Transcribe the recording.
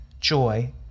joy